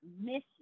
mission